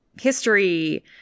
History